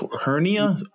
hernia